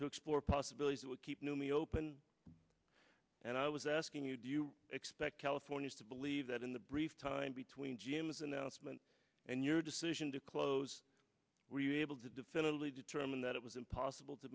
to explore possibilities that would keep new me open and i was asking you do you expect california to believe that in the brief time between g m s announcement and your decision to close were you able to definitively determine that it was impossible to